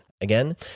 Again